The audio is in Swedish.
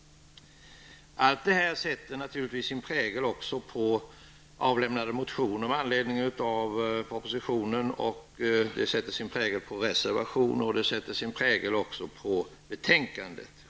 Detta sätter naturligtvis sin prägel på avlämnade motioner i anledning av propositionen, på reservationer och självfallet också på betänkandet.